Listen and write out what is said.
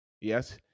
Yes